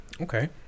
okay